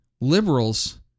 liberals